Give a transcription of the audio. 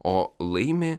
o laimi